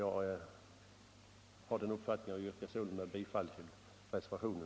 Jag har den uppfattningen och yrkar sålunda bifall till reservationen.